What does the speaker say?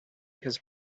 his